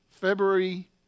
February